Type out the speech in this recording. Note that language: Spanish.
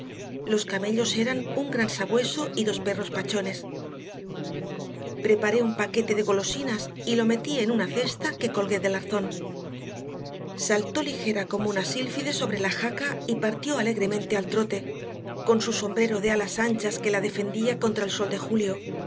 los camellos eran un gran sabueso y dos perros pachones preparé un paquete de golosinas y lo metí en una cesta que colgué del arzón saltó ligera como una sílfide sobre la jaca y partió alegremente al trote con su sombrero de alas anchas que la defendía contra el sol de julio